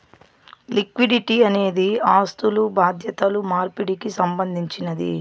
liquidity అనేది ఆస్థులు బాధ్యతలు మార్పిడికి సంబంధించినది